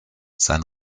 sein